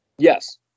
Yes